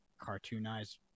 cartoonized